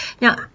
Now